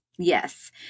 Yes